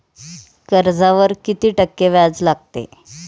कर्जावर किती टक्के व्याज लागते?